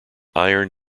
iron